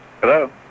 Hello